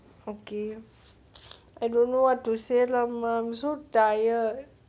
okay I don't know what to say lah mah I'm so tired